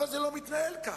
אבל זה לא מתנהל ככה.